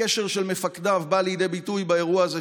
הקשר של מפקדיו בא לידי ביטוי באירוע הזה,